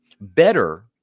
Better